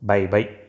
Bye-bye